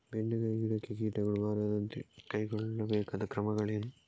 ಬೆಂಡೆಕಾಯಿ ಗಿಡಕ್ಕೆ ಕೀಟಗಳು ಬಾರದಂತೆ ಕೈಗೊಳ್ಳಬೇಕಾದ ಕ್ರಮಗಳೇನು?